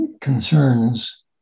concerns